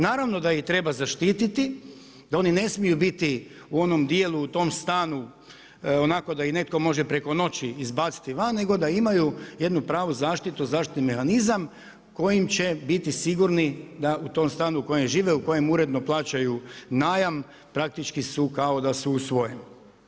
Naravno da ih treba zaštititi, da oni ne smiju biti u onom dijelu, u tom stanu onako da ih netko može preko noći izbaciti van, nego da imaju jednu pravu zaštitu, zaštitni mehanizam, koji će biti sigurni da u tom u kojem žive u kojem uredno plaćaju najam, praktički su kao da su u svojem.